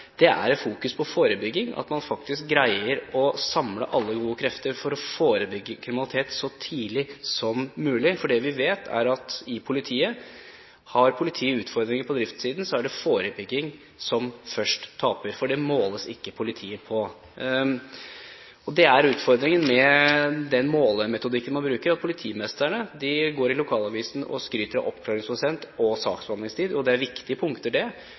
det er et fokus på forebygging, at man faktisk greier å samle alle gode krefter for å forebygge kriminalitet så tidlig som mulig. Det vi vet, er at når politiet har utfordringer på driftssiden, er det forebyggingen som først taper, for det måles ikke politiet på. Utfordringen ved den målemetodikken man bruker, er at politimesterne går til lokalavisen og skryter av oppklaringsprosent og saksbehandlingstid. Det er viktige punkter, det,